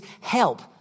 help